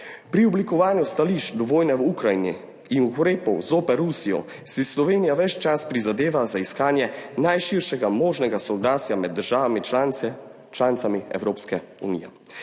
Pri oblikovanju stališč do vojne v Ukrajini in ukrepov zoper Rusijo si Slovenija ves čas prizadeva za iskanje najširšega možnega soglasja med državami članicami Evropske unije,